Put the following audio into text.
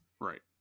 right